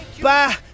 Bye